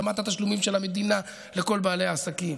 הקדמת התשלומים של המדינה לכל בעלי העסקים.